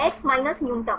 x minus न्यूनतम